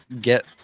get